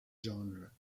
genre